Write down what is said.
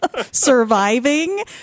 surviving